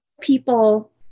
people